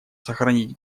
сохранить